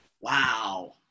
Wow